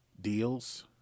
deals